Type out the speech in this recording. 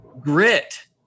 grit